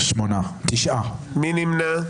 מי נמנע?